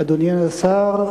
אדוני השר,